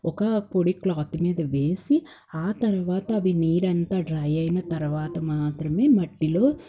ఒక పొడి క్లాత్ మీద వేసి ఆ తర్వాత అవి నీరంతా డ్రై అయిన తర్వాత మాత్రమే మట్టిలో